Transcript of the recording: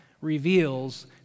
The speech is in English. reveals